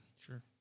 Sure